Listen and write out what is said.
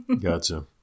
Gotcha